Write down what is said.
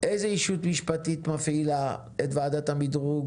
איזה ישות מפעילה את ועדת המדרוג